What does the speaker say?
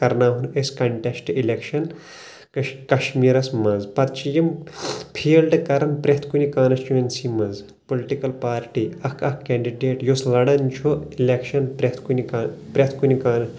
کرناوہون أسۍ کنٹٮ۪سٹہٕ الٮ۪کشن کشمیٖرس منٛز پتہٕ چھِ یِم تَس چھ یِمہٕ فیلڑ کران کانسچُونسی منٛز پُلٹِکل پارٹی اکھ اکھ کینڑڈیٹ یُس لڑان چُھ الٮ۪کشن پرٮ۪تھ کُنہِ کا پرٛٮ۪تھ کُنہِ کا